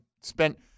spent –